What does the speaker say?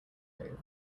move